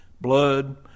blood